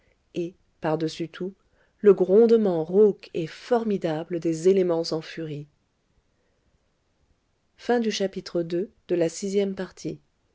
et par-dessus tout le grondement rauque et formidable des éléments en furie